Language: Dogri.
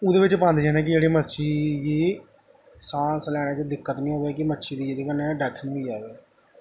ओह्दे बिच्च पान्ने जन्ने कि जेह्ड़ी मच्छी गी सांस लैने दी दिक्कत निं आवै कि मच्छी दी जेह्दे कन्नै डैथ निं होई जा